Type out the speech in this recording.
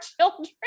children